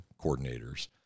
coordinators